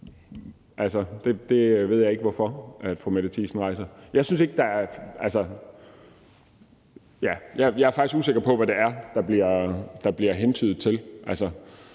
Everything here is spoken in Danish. det ved jeg ikke hvorfor fru Mette Thiesen rejser. Ja, jeg er faktisk usikker på, hvad det er, der bliver hentydet til,